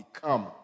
become